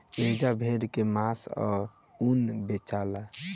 एजा भेड़ के मांस आ ऊन बेचाला